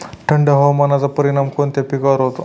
थंड हवामानाचा परिणाम कोणत्या पिकावर होतो?